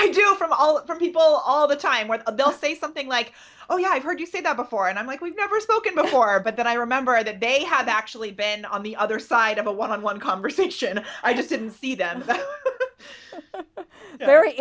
i do from all of the people all the time with a bill say something like oh yeah i've heard you say that before and i'm like we've never spoken before but that i remember that they have actually been on the other side of a one on one conversation i just didn't see them very